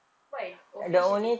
why oh finish already